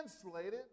translated